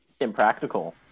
impractical